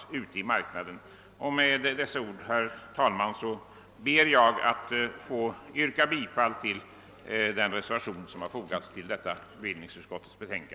Med dessa ord, herr talman, ber jag att få yrka bifall till de reservationer som har fogats vid bevillningsutskottets betänkande.